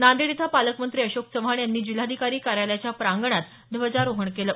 नांदेड इथं पालकमंत्री अशोक चव्हाण यांनी जिल्हाधिकारी कार्यालयाच्या प्रांगणात ध्वजारोहण केलं